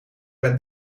ben